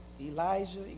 Elijah